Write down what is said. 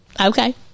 okay